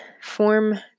form